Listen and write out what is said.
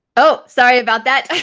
oh, sorry about that.